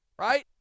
Right